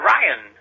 Ryan